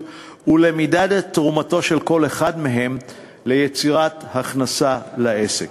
ובמידת תרומתו של כל אחד מהם ליצירת הכנסה לעסק.